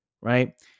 right